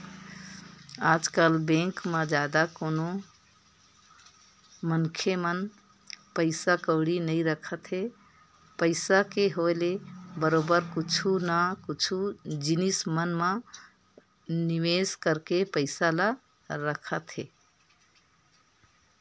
आजकल बेंक म जादा कोनो मनखे मन पइसा कउड़ी नइ रखत हे पइसा के होय ले बरोबर कुछु न कुछु जिनिस मन म निवेस करके पइसा ल रखत हे